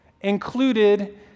included